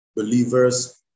Believers